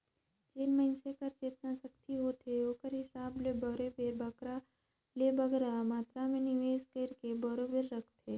जेन मइनसे कर जेतना सक्ति होथे ओकर हिसाब ले बरोबेर बगरा ले बगरा मातरा में निवेस कइरके बरोबेर राखथे